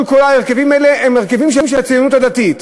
כל-כולם של ההרכבים האלה הם הרכבים של הציונות הדתית.